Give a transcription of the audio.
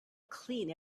clean